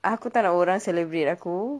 aku tak nak orang celebrate aku